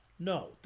No